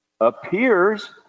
appears